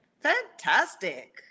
Fantastic